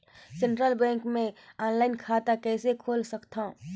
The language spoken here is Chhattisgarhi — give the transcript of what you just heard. सेंट्रल बैंक मे ऑफलाइन खाता कइसे खोल सकथव?